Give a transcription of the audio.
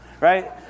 right